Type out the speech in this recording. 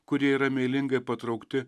kurie yra meilingai patraukti